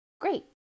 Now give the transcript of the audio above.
Great